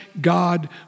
God